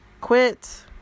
Quit